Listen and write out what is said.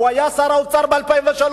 הוא היה שר האוצר ב-2003,